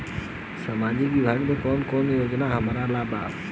सामाजिक विभाग मे कौन कौन योजना हमरा ला बा?